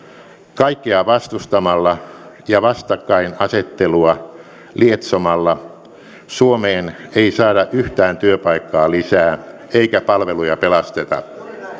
kaikkea vastustamalla ja vastakkainasettelua lietsomalla suomeen ei saada yhtään työpaikkaa lisää eikä palveluja pelasteta